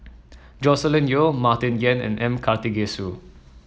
Joscelin Yeo Martin Yan and M Karthigesu